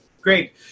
Great